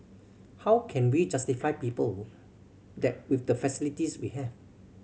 how can we justify people that with the facilities we have